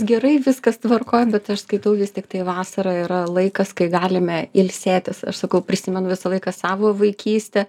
gerai viskas tvarkoj bet aš skaitau vis tiktai vasara yra laikas kai galime ilsėtis aš sakau prisimenu visą laiką savo vaikystę